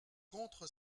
contre